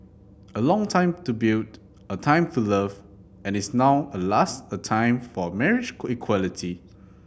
a long time to build a time to love and is now at last a time for marriage equality